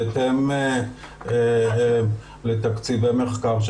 בהתאם לתקציבי מחקר.